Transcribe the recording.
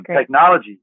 Technology